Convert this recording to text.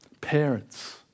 Parents